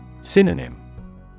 Synonym